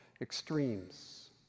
extremes